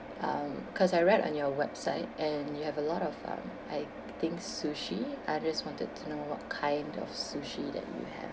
um cause I read on your website and you have a lot of um I think sushi I just wanted to know what kind of sushi that you have